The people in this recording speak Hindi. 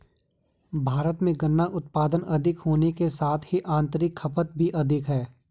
भारत में गन्ना उत्पादन अधिक होने के साथ ही आतंरिक खपत भी अधिक है